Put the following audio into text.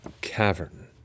cavern